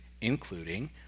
including